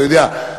אתה יודע,